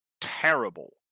terrible